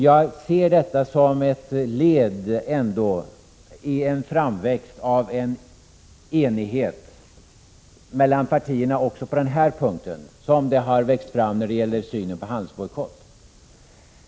Jag ser ändå detta som ett led i en framväxt av en enighet mellan partierna också på denna punkt på samma sätt som när det gäller synen på en handelsbojkott.